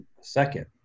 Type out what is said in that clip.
second